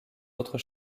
autres